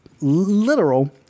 literal